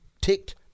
ticked